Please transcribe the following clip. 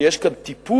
כי יש כאן טיפול